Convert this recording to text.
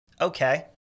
Okay